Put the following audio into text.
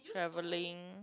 travelling